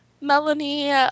Melanie